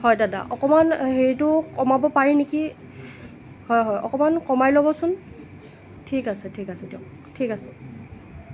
হয় দাদা অকণমান হেৰিটো কমাব পাৰে নেকি হয় হয় অকণমান কমাই ল'বচোন ঠিক আছে ঠিক আছে দিয়ক ঠিক আছে